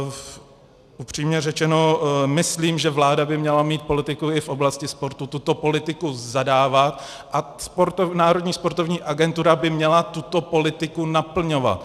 Upřímně řečeno, myslím, že vláda by měla mít politiku i v oblasti sportu, tuto politiku zadávat a Národní sportovní agentura by měla tuto politiku naplňovat.